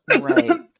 Right